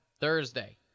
Thursday